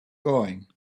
going